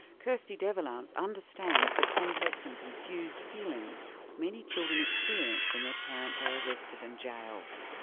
kirsty devallance understands the complex and confused feelings many children experience when their parents are arrested and jailed.